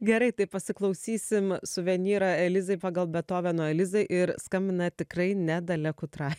gerai tai pasiklausysim suvenyrą elizai pagal betoveno elizai ir skambina tikrai ne dalia kutrai